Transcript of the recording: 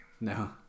No